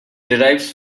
derives